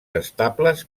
estables